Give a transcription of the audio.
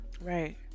Right